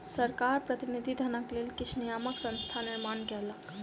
सरकार प्रतिनिधि धनक लेल किछ नियामक संस्थाक निर्माण कयलक